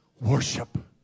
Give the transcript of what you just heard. worship